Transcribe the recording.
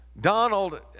Donald